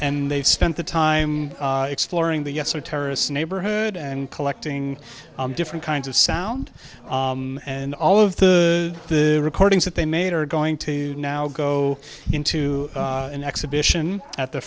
and they've spent the time exploring the us or terrorists neighborhood and collecting different kinds of sound and all of the the recordings that they made are going to now go into an exhibition at the